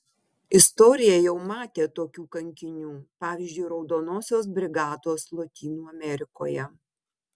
istorija jau matė tokių kankinių pavyzdžiui raudonosios brigados lotynų amerikoje